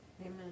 Amen